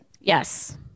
yes